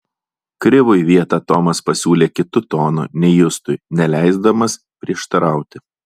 krivui vietą tomas pasiūlė kitu tonu nei justui neleisdamas prieštarauti